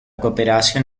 cooperación